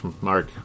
Mark